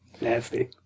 Nasty